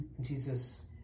Jesus